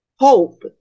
hope